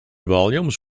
volumes